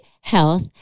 health